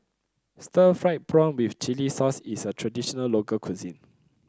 Stir Fried Prawn with Chili Sauce is a traditional local cuisine